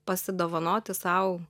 pasidovanoti sau